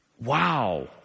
Wow